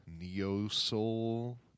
neo-soul